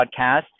podcast